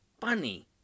funny